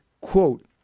quote